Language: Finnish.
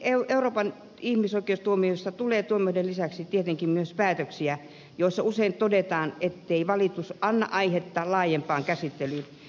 euroopan ihmisoikeustuomioistuimesta tulee tuomioiden lisäksi tietenkin myös päätöksiä joissa usein todetaan ettei valitus anna aihetta laajempaan käsittelyyn